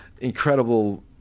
Incredible